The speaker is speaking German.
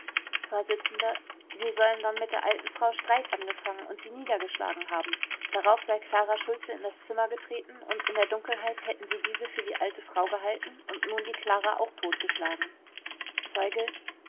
vors sie sollen dann mit der alten frau streit angefangen und sie niedergeschlagen haben darauf sei klara schultze in das zimmer getreten und in der dunkelheit hätten sie diese für die alte frau gehalten und nun die klara auch totgeschlagen zeuge